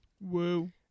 Woo